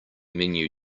menu